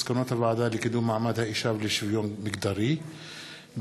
מסקנות הוועדה לקידום מעמד האישה ולשוויון מגדרי בעקבות